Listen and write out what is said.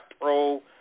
Pro